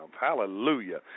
Hallelujah